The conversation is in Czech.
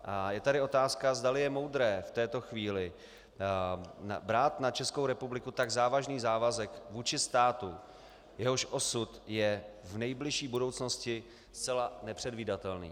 A je tady otázka, zdali je moudré v této chvíli brát na Českou republiku tak závažný závazek vůči státu, jehož osud je v nejbližší budoucnosti zcela nepředvídatelný.